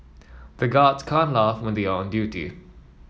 the guards can't laugh when they are on duty